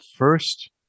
First